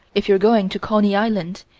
if you're going to coney island,